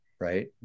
right